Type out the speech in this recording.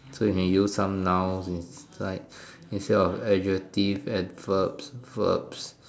so you can use some nouns and like instead of adjectives adverbs verbs